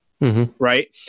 right